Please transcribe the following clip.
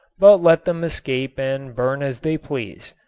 but let them escape and burn as they please.